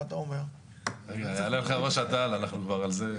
אנחנו כבר על זה.